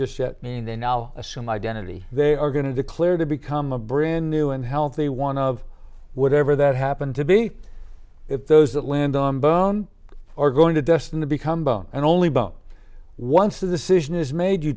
just yet meaning they now assume identity they are going to declare to become a brand new and healthy one of whatever that happened to be it those that land on bone are going to destin to become bone and only bone once the decision is made you